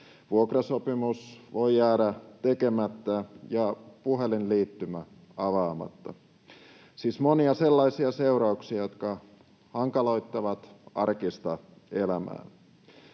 vuokrasopimus voi jäädä tekemättä ja puhelinliittymä avaamatta — siis monia sellaisia seurauksia, jotka hankaloittavat arkista elämää.